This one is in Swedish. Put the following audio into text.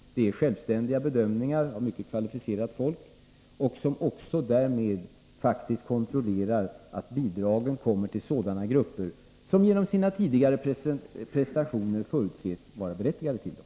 Det är fråga om självständiga bedömningar av mycket kvalificerat folk, som därmed också faktiskt kontrollerar att bidragen kommer till sådana grupper som genom sina tidigare prestationer förutsätts vara berättigade till dem.